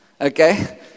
Okay